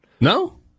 No